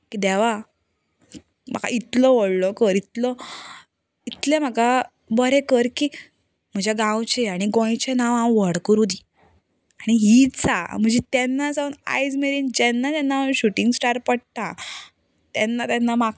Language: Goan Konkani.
की देवा म्हाका इतलो व्हडलो कर इतलो इतलें म्हाका बरें कर की म्हज्या गांवचें आनी गोंयचें नांव हांव व्हड करूं दी आनी ही इत्सा म्हजी तेन्ना सावन आयज मेरेन जेन्ना जेन्ना हो शुटिंग स्टार पडटा तेन्ना तेन्ना मागता